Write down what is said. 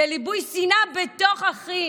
בליבוי שנאה בתוך אחים,